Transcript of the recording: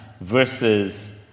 versus